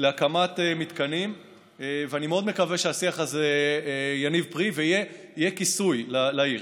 להקמת מתקנים ואני מאוד מקווה שהשיח הזה יניב פרי ויהיה כיסוי לעיר,